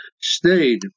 stayed